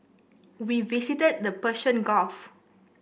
we visited the Persian Gulf